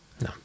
No